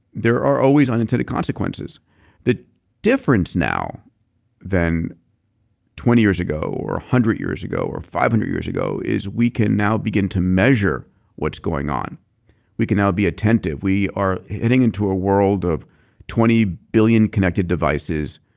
there are always unintended consequences the difference now than twenty years ago or a hundred years ago or five hundred years ago is we can now begin to measure what's going on we can now be attentive. we are heading into a world of twenty billion connected devices,